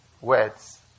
words